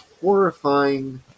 horrifying